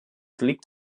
liegt